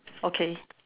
okay